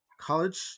college